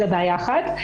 זו בעיה אחת,